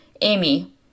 Amy